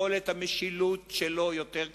יכולת המשילות שלו קטנה יותר,